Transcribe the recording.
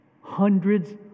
hundreds